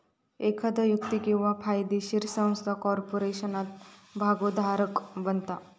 एखादो व्यक्ती किंवा कायदोशीर संस्था कॉर्पोरेशनात भागोधारक बनता